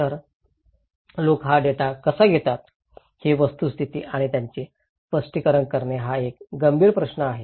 तर लोक हा डेटा कसा घेतात ही वस्तुस्थिती आणि त्यांचे स्पष्टीकरण करणे हा एक गंभीर प्रश्न आहे